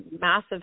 massive